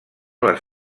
les